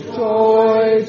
joy